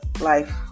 life